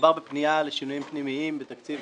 מדובר בפנייה לשינויים פנימיים בתקציב